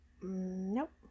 nope